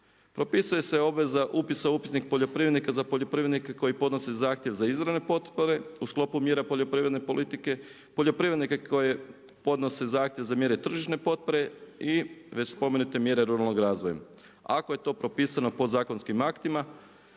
Propisuje se obveza upisa u upisnik poljoprivrednika za poljoprivrednike koji podnose zahtjev za izravne potpore u sklopu mjera poljoprivredne politike, poljoprivrednike koje podnose zahtjev za mjere tržišne potpore i već spomenute mjere ruralnog razvoja. Ako je to propisano podzakonskim aktima,